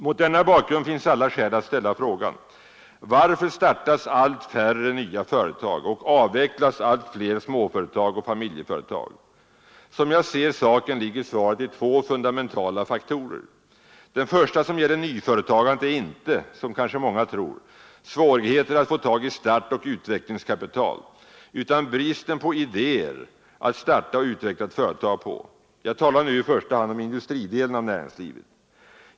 Mot denna bakgrund finns alla skäl att ställa frågan: Varför startas allt färre nya företag och avvecklas allt fler småföretag och familjeföretag? Som jag ser saken ligger svaret i två fundamentala faktorer. Den första — som gäller nyföretagandet — är inte, som många kanske tror, svårigheter att få tag i startoch utvecklingskapital, utan bristen på idéer att starta och utveckla ett företag på. Jag talar nu i första hand om industridelen av näringslivet.